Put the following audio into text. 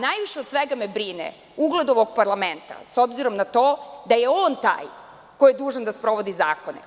Najviše od svega me brine ugled ovog parlamenta, s obzirom na to da je on taj koji je dužan da sprovodi zakone.